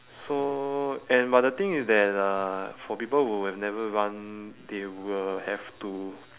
so and but the thing is that uh for people who have never run they will have to